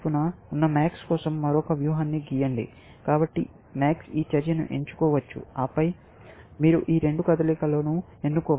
కాబట్టి MAX ఈ చర్యను ఎంచుకోవచ్చు ఆపై మీరు ఈ రెండు కదలికలను ఎన్నుకోవాలి